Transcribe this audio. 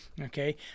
Okay